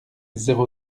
zéro